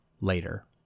later